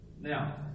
Now